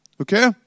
okay